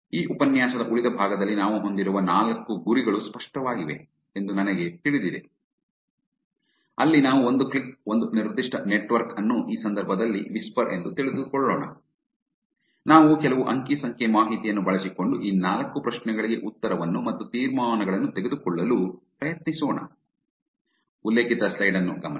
ಈ ಉಪನ್ಯಾಸದ ಉಳಿದ ಭಾಗದಲ್ಲಿ ನಾವು ಹೊಂದಿರುವ ನಾಲ್ಕು ಗುರಿಗಳು ಸ್ಪಷ್ಟವಾಗಿದೆ ಎಂದು ನನಗೆ ತಿಳಿದಿದೆ ಅಲ್ಲಿ ನಾವು ಒಂದು ಕ್ಲಿಕ್ ಒಂದು ನಿರ್ದಿಷ್ಟ ನೆಟ್ವರ್ಕ್ ಅನ್ನು ಈ ಸಂದರ್ಭದಲ್ಲಿ ವಿಸ್ಪರ್ ಎಂದು ತೆಗೆದುಕೊಳ್ಳೋಣ ನಾವು ಕೆಲವು ಅಂಕಿ ಸಂಖ್ಯೆ ಮಾಹಿತಿಯನ್ನು ಬಳಸಿಕೊಂಡು ಈ ನಾಲ್ಕು ಪ್ರಶ್ನೆಗಳಿಗೆ ಉತ್ತರವನ್ನು ಮತ್ತು ತೀರ್ಮಾನಗಳನ್ನು ತೆಗೆದುಕೊಳ್ಳಲು ಪ್ರಯತ್ನಿಸೋಣ